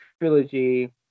trilogy